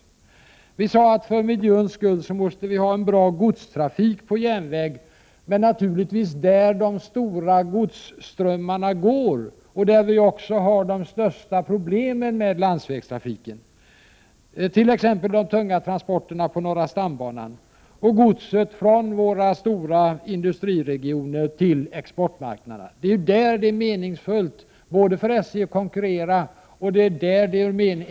Det sades vidare att det för miljöns skull skall vara en bra godstrafik på järnväg, där de stora godsströmmarna går, där de största problemen med landsvägstrafiken finns, t.ex. de tunga transporterna på norra stambanan, och där godset går från de stora industriregionerna till exportmarknaderna. Det är där som det är meningsfullt för SJ att konkurrera.